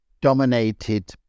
dominated